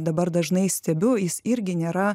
dabar dažnai stebiu jis irgi nėra